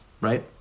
right